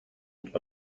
und